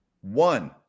one